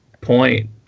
point